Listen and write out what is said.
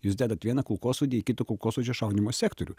jūs dedat vieną kulkosvaidį į kito kulkosvaidžio šaudymo sektorių